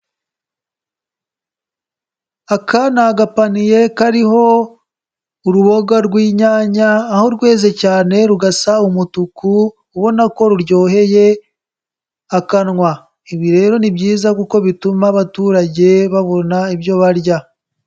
Aka ni agapaniye kariho uruboga rw'inyanya, aho rweze cyane rugasa umutuku, ubona ko ruryoheye akanwa, ibi rero ni byiza kuko bituma abaturage babona ibyo barya.